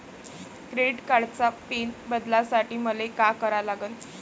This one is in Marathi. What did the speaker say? क्रेडिट कार्डाचा पिन बदलासाठी मले का करा लागन?